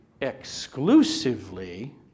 exclusively